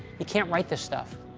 you can't write this stuff.